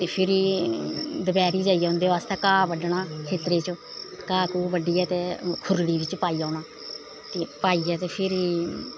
ते फिरी दपैह्रीं जाइयै उंदे बास्तै घाह् बड्डना खेत्तरें च घाह् घू बड्डियै ते खुरली बिच्च पाई औना ते पाइयै ते फिरी